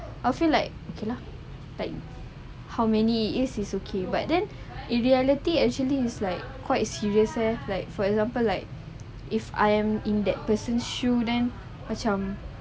I feel like okay lah like how many is is okay but then it reality actually is like quite serious eh like for example like if I'm in that person shouldn't like macam